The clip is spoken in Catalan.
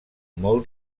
molt